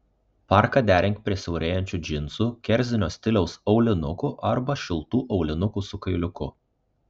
parką derink prie siaurėjančių džinsų kerzinio stiliaus aulinukų arba šiltų aulinukų su kailiuku